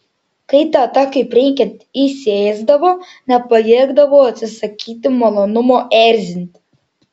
kai teta kaip reikiant įsiėsdavo nepajėgdavau atsisakyti malonumo erzinti